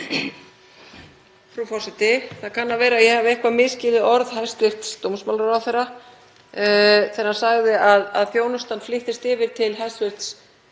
Það kann að vera að ég hafi eitthvað misskilið orð hæstv. dómsmálaráðherra þegar hann sagði að þjónustan flyttist yfir til hæstv.